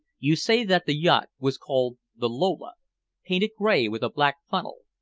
you say that the yacht was called the lola painted gray with a black funnel.